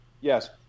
Yes